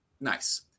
nice